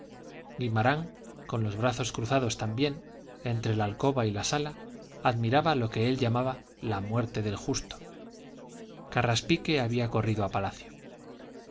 guimarán con los brazos cruzados también entre la alcoba y la sala admiraba lo que él llamaba la muerte del justo carraspique había corrido a palacio